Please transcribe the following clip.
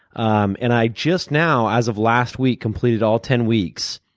um and i just now as of last week completed all ten weeks.